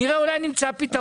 נראה אם אפשר למצוא פתרון.